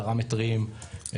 10 מטרים,